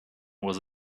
was